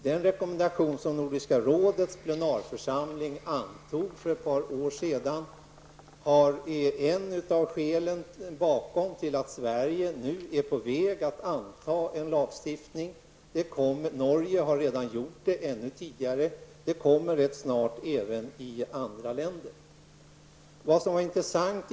Den rekommendation som Nordiska rådets plenarförsamling antog för ett par år sedan är ett av skälen till att Sverige nu är på väg att anta en lagstiftning. Norge har redan gjort det tidigare, och rätt snart kommer även andra länder att göra det.